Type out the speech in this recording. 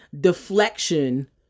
deflection